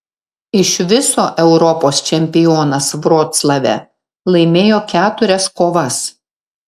iš viso europos čempionas vroclave laimėjo keturias kovas